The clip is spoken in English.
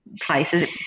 places